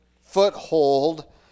foothold